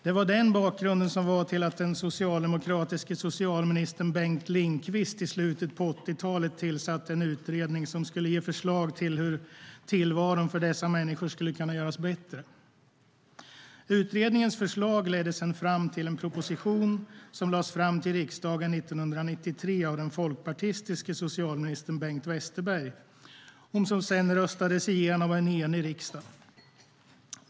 Det var bakgrunden till att den socialdemokratiske socialministern Bengt Lindqvist i slutet av 1980-talet tillsatte en utredning som skulle komma med förslag om hur tillvaron för dessa människor skulle kunna göras bättre. Utredningens förslag ledde fram till en proposition som 1993 lades fram för riksdagen av den folkpartistiske socialministern Bengt Westerberg och som sedan röstades igenom av en enig riksdag.